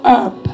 up